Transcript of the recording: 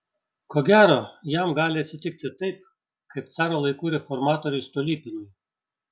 ko gero jam gali atsitikti taip kaip caro laikų reformatoriui stolypinui